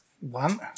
One